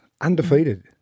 undefeated